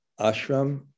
Ashram